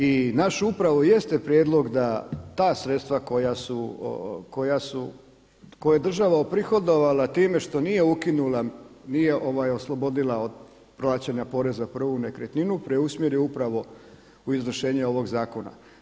I naš upravo jeste prijedlog da ta sredstva koja su, koje je država oprihodovala time što nije ukinula, nije oslobodila od plaćanja poreza prvu nekretninu preusmjeri upravo u izvršenje ovog zakona.